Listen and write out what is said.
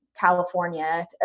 California